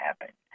happen